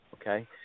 Okay